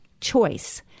choice